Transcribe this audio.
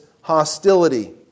hostility